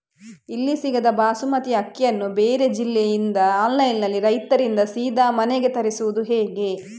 ಇಲ್ಲಿ ಸಿಗದ ಬಾಸುಮತಿ ಅಕ್ಕಿಯನ್ನು ಬೇರೆ ಜಿಲ್ಲೆ ಇಂದ ಆನ್ಲೈನ್ನಲ್ಲಿ ರೈತರಿಂದ ಸೀದಾ ಮನೆಗೆ ತರಿಸುವುದು ಹೇಗೆ?